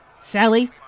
Sally